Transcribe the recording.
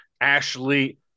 Ashley